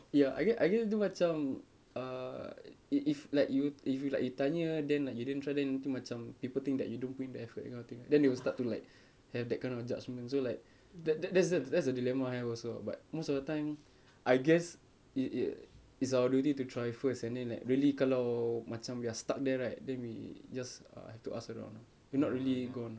yeah I guess macam uh i~ if like you if you like tanya then like you didn't try then think macam people think that you don't put in the effort that kind of thing then they will start to like have that kind of judgement so like that that that's the that's the dilemma I have also but most of the time I guess it i~ it's our duty to try first and then like really kalau macam we are stuck there right then we just have to ask around if not really gone